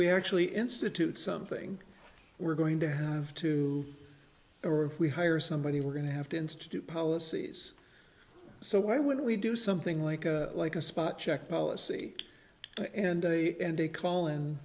we actually institute something we're going to have to or if we hire somebody we're going to have to institute policies so why wouldn't we do something like a like a spot check policy and a and a call and